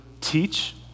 teach